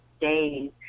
days